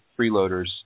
freeloaders